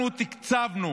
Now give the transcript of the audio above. אנחנו תקצבנו